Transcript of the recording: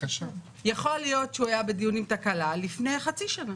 יכול להיות שהוא היה בדיון עם תקלה לפני חצי שנה.